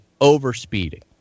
Overspeeding